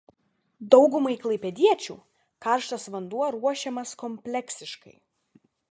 daugumai klaipėdiečių karštas vanduo ruošiamas kompleksiškai